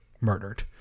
murdered